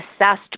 assessed